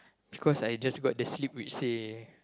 cause I just got the slip which say